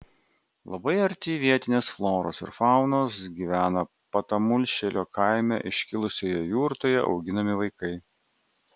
labai arti vietinės floros ir faunos gyvena patamulšėlio kaime iškilusioje jurtoje auginami vaikai